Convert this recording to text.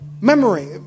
memory